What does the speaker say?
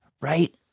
right